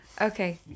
Okay